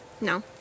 no